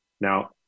Now